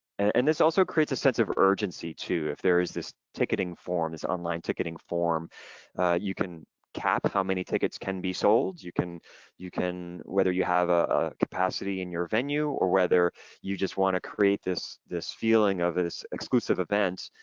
and this also creates a sense of urgency too. if there is this ticketing form, this online ticketing form you can cap how many tickets can be sold. you can, whether you have whether you have a capacity in your venue or whether you just wanna create this this feeling of this exclusive event,